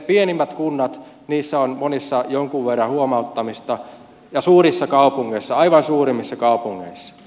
pienimmistä kunnista monissa on jonkun verran huomauttamista ja suurissa kaupungeissa aivan suurimmissa kaupungeissa